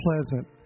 pleasant